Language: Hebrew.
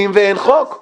ואין חוק מאז.